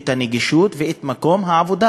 את הנגישות ואת מקום העבודה.